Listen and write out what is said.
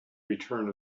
return